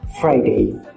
Friday